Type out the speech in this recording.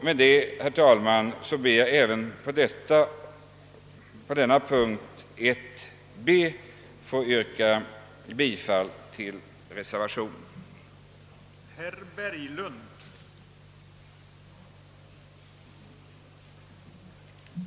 Med dessa ord, herr talman, ber jag att få yrka bifall även till reservationen nr 1b.